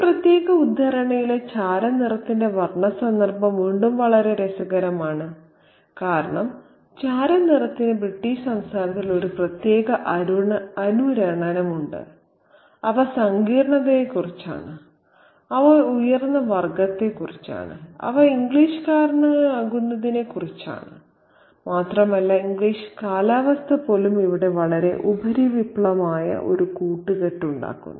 ഈ പ്രത്യേക ഉദ്ധരണിയിലെ ചാരനിറത്തിന്റെ വർണ്ണ സന്ദർഭം വീണ്ടും വളരെ രസകരമാണ് കാരണം ചാരനിറത്തിന് ബ്രിട്ടീഷ് സംസ്കാരത്തിൽ ഒരു പ്രത്യേക അനുരണനമുണ്ട് അവ സങ്കീർണ്ണതയെക്കുറിച്ചാണ് അവ ഉയർന്ന വർഗ്ഗത്തെക്കുറിച്ചാണ് അവ ഇംഗ്ലീഷുകാരനാകുന്നതിനെക്കുറിച്ചാണ് മാത്രമല്ല ഇംഗ്ലീഷ് കാലാവസ്ഥ പോലും ഇവിടെ വളരെ ഉപരിപ്ലവമായ ഒരു കൂട്ടുകെട്ടുണ്ടാക്കുന്നു